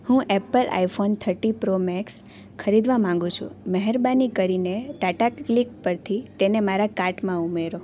હું Apple iPhone thirty Pro Max ખરીદવા માંગુ છું મહેરબાની કરીને ટાટા ક્લિક પરથી તેને મારા કાર્ટમાં ઉમેરો